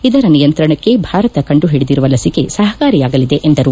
ಇದರ ನಿಯಂತ್ರಣಕ್ಕೆ ಭಾರತ ಕಂಡು ಒಡಿದಿರುವ ಲಸಿಕೆ ಸಪಕಾರಿಯಾಗಲಿದೆ ಎಂದರು